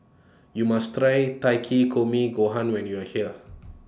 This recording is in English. YOU must Try Takikomi Gohan when YOU Are here